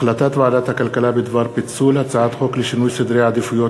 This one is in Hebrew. החלטת ועדת הכלכלה בדבר פיצול הצעת חוק לשינוי סדרי עדיפויות